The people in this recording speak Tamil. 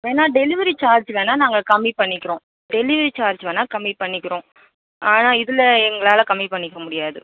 வேணால் டெலிவரி சார்ஜ் வேணால் நாங்கள் கம்மி பண்ணிக்கிறோம் டெலிவரி சார்ஜ் வேணால் கம்மி பண்ணிக்கிறோம் ஆனால் இதில் எங்களால் கம்மி பண்ணிக்க முடியாது